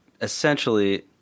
Essentially